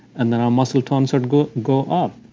and then our muscle tones would go go up,